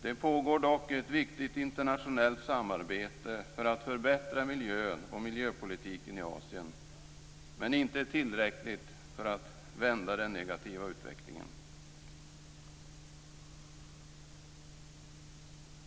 Det pågår dock ett viktigt internationellt samarbete för att förbättra miljön och miljöpolitiken i Asien, men det är inte tillräckligt för att vända den negativa utvecklingen.